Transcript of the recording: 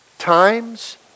Times